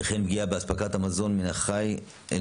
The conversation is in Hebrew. וכן פגיעה באספקת המזון מן החי אל